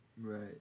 Right